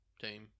team